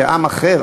לעם אחר,